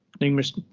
numerous